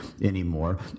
anymore